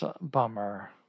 bummer